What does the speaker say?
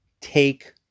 take